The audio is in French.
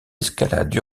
escalade